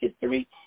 History